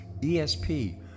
ESP